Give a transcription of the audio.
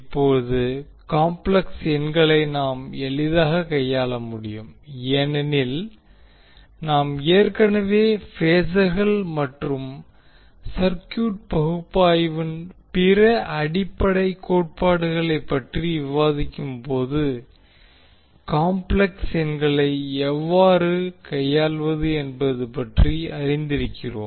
இப்போது காம்ப்ளெக்ஸ் எண்களை நாம் எளிதாகக் கையாள முடியும் ஏனெனில் நாம் ஏற்கனவே பேஸர்கள் மற்றும் சர்க்யூட் பகுப்பாய்வின் பிற அடிப்படைக் கோட்பாடுகளைப் பற்றி விவாதிக்கும்போது காம்ப்ளெக்ஸ் எண்களை எவ்வாறு கையாள்வது என்பது பற்றி அறிந்திருக்கிறோம்